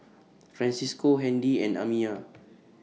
Francisco Handy and Amiyah